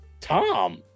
Tom